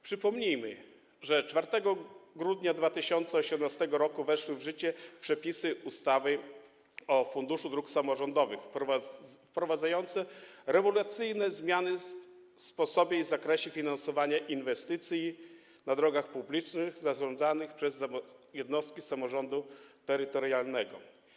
Przypomnijmy, że 4 grudnia 2018 r. weszły w życie przepisy ustawy o Funduszu Dróg Samorządowych wprowadzające rewolucyjne zmiany w sposobie i zakresie finansowania inwestycji dotyczących dróg publicznych zarządzanych przez jednostki samorządu terytorialnego.